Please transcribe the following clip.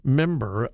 member